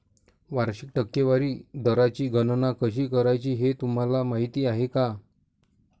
वार्षिक टक्केवारी दराची गणना कशी करायची हे तुम्हाला माहिती आहे का?